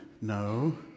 No